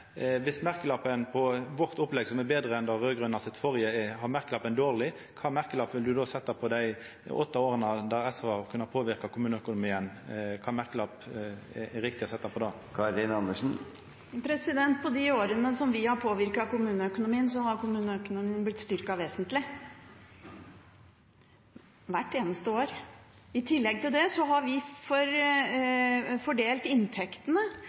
Viss vårt opplegg, som er betre enn dei raud-grøne sitt opplegg, har merkelappen «dårleg», kva for merkelapp vil representanten setja på dei åtte åra da SV har kunna påverka kommuneøkonomien? I de årene som vi har påvirket kommuneøkonomien, har kommuneøkonomien blitt styrket vesentlig – hvert eneste år. I tillegg til det har vi fordelt inntektene